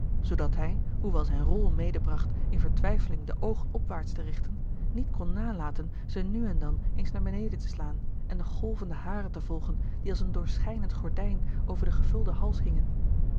zoodat hij hoewel zijne rol medebracht in vertwijfeling de oogen opwaarts te richten niet kon nalaten ze nu en dan eens naar beneden te slaan en de golvende haren te volgen die als een doorschijnend gordijn over den gevulden hals hingen